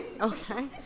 Okay